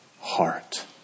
heart